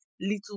little